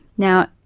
now,